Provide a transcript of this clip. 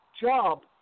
job